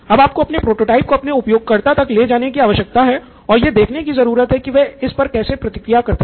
अब आपको अपने प्रोटोटाइप को अपने उपयोगकर्ताओं तक ले जाने की आवश्यकता है और यह देखने की ज़रूरत है कि वे इस पर कैसे प्रतिक्रिया करते हैं